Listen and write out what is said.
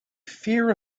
fear